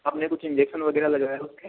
आपने कुछ इंजेक्सन वगैरह लगाया उसके